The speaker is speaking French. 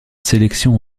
sélection